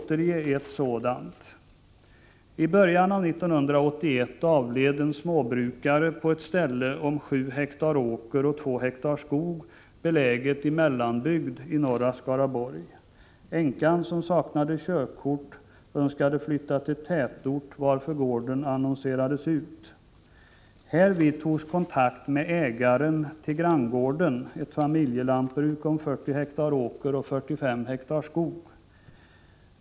Jag vill återge ett sådant fall. Härvid togs kontakt med ägaren till granngården, ett familjelantbruk om 40 ha åker och 45 ha skog.